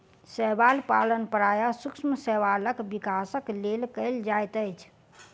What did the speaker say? शैवाल पालन प्रायः सूक्ष्म शैवालक विकासक लेल कयल जाइत अछि